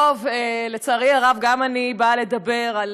טוב, לצערי הרב, גם אני באה לדבר על